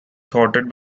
thwarted